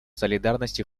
солидарности